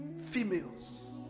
females